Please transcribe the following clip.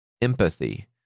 empathy